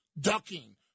ducking